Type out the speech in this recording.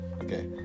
Okay